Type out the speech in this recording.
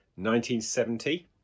1970